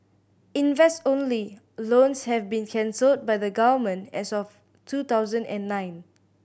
invest only loans have been cancelled by the Government as of two thousand and nine